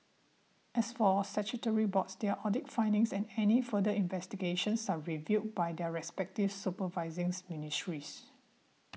as for statutory boards their audit findings and any further investigations are reviewed by their respective supervising ministries